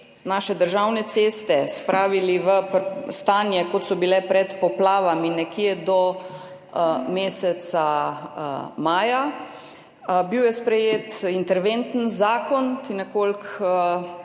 Naše državne ceste bi spravili v stanje, v kakršnem so bile pred poplavami, nekje do meseca maja. Bil je sprejet interventni zakon, ki nekoliko